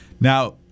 Now